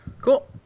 Cool